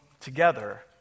together